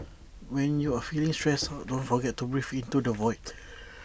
when you are feeling stressed out don't forget to breathe into the void